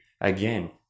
Again